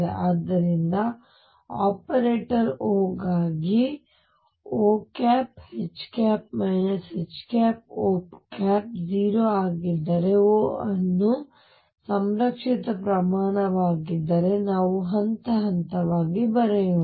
ಆದ್ದರಿಂದ operator O ಗಾಗಿ OH HO 0 ಆಗಿದ್ದರೆ O ಅನ್ನು ಸಂರಕ್ಷಿತ ಪ್ರಮಾಣವಾಗಿದ್ದರೆ ನಾವು ಹಂತ ಹಂತವಾಗಿ ಬರೆಯೋಣ